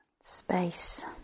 Space